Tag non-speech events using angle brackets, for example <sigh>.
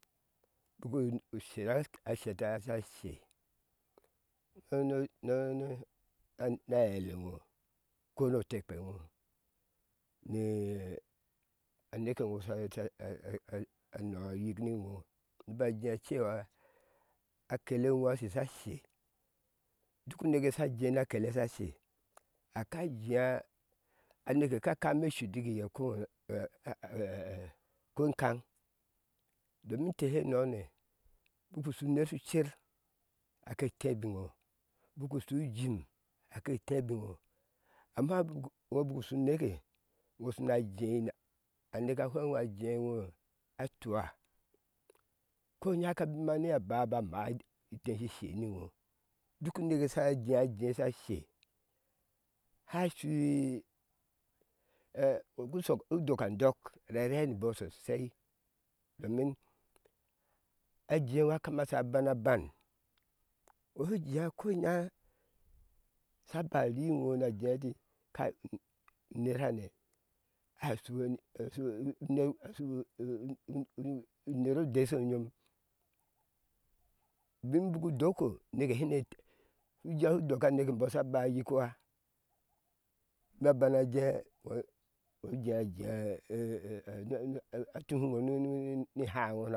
Buku sher. sheta sha she nunnu nunu na eaile ŋo ko no tekpe ŋo a ni nee ŋo <hesitation> sha nɔɔ yik niŋo sha she duk uneke sha je na akele sha she aka yea a neke ka kame shuitk iye ko <hesitation> a kan domin inte she none buku shu uner shu cer a ke tebi ŋo buku shu une shu jim ake ŋo su na jea na neke fweŋ imbɔɔ a jea ŋo a tua tɔ ko inyaa ka bema ni iya ba ba maa ide shi she ni ŋo duk neke sha jea jea sha she ha shi <hesitation> kushok. duk a dok a rɛrɛ ni bɔɔ sosai domin a jee ŋo kama shi bana ban iŋo shu je ko inyaa sha ba ri ŋo na je ɛti kai ii uner ha ne ashu <hesitation> uner odɛ shonne ubin buku doko uje shu doka aneke imbɔɔ sha ba yikuwa na bana je ujea jea <hesitation> atuhiŋoni gbesha jea eye domin hɛ eda na doki i